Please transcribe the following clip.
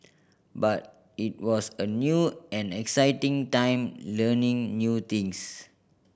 but it was a new and exciting time learning new things